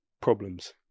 problems